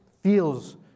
feels